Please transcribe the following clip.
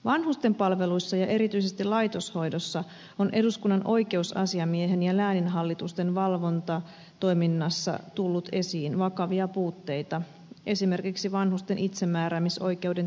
vanhusten palveluissa ja erityisesti laitoshoidossa on eduskunnan oikeusasiamiehen ja lääninhallitusten valvontatoiminnan kautta tullut esiin vakavia puutteita esimerkiksi vanhusten itsemääräämisoikeuden toteutumisessa